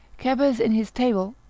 cebes in his table,